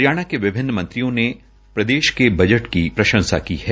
हरियाणा के विभिन्न मंत्रियों ने प्रदेश के बजट की प्रशंसा की है